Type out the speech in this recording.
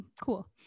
cool